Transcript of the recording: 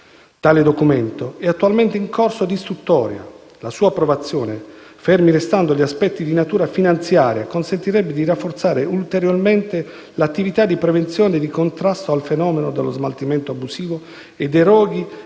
Tale documento è attualmente in corso di istruttoria. La sua approvazione, fermi restando gli aspetti di natura finanziaria, consentirebbe di rafforzare ulteriormente l'attività di prevenzione e di contrasto al fenomeno dello smaltimento abusivo e dei roghi,